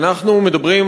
אנחנו מדברים,